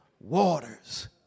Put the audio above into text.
Waters